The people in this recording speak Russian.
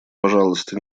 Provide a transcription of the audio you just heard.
пожалуйста